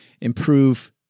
improve